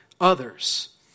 others